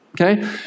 Okay